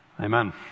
Amen